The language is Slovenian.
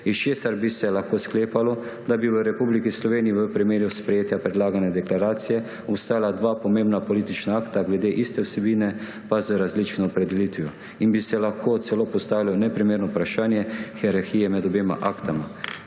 česar bi se lahko sklepalo, da bi v Republiki Sloveniji v primeru sprejetja prelagane deklaracije obstajala dva pomembna politična akta glede iste vsebine in z različno opredelitvijo in bi se lahko celo postavilo neprimerno vprašanje hierarhije med obema aktoma,